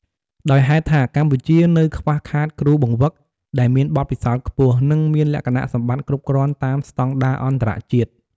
ដោយហេតុថាកម្ពុជានៅខ្វះខាតគ្រូបង្វឹកដែលមានបទពិសោធន៍ខ្ពស់ និងមានលក្ខណៈសម្បត្តិគ្រប់គ្រាន់តាមស្តង់ដារអន្តរជាតិ។